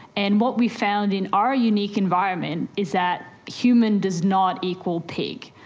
and what we found in our unique environment is that human does not equal pig.